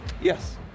Yes